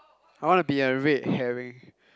I wanna be a red herring